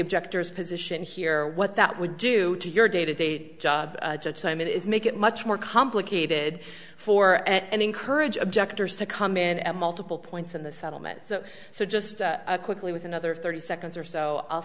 objectors position here what that would do to your day to day job it is make it much more complicated for and encourage objectors to come in at multiple points in the settlement so so just quickly with another thirty seconds or so i'll